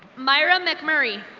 myra mcmurray.